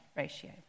ratio